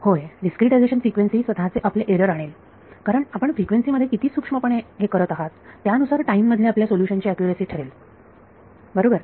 होय discretisation frequency आपले स्वतःचे एरर आणेल कारण आपण फ्रिक्वेन्सी मध्ये किती सूक्ष्म पणे हे करत आहात त्यानुसार टाईम मधल्या आपल्या सोल्युशन ची अॅक्युरॅसी ठरेल बरोबर